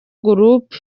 group